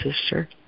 sister